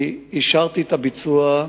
אני אישרתי את הביצוע,